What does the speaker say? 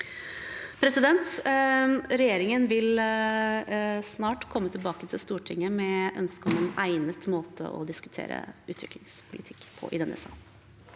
Regjeringen vil snart komme tilbake til Stor- tinget med ønske om en egnet måte å diskutere utviklingspolitikk på i denne sal.